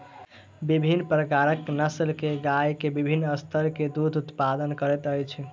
विभिन्न प्रकारक नस्ल के गाय के विभिन्न स्तर के दूधक उत्पादन करैत अछि